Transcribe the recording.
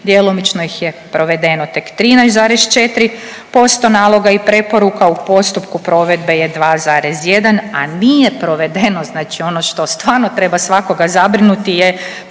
Djelomično ih je provedeno tek 13,4% naloga i preporuka. U postupku provedbe je 2,1, a nije provedeno znači ono što stvarno treba svakoga zabrinuti je